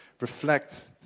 reflect